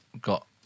got